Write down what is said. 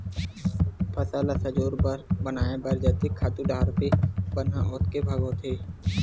फसल ल सजोर बनाए बर जतके खातू डारबे बन ह ओतके भोगाथे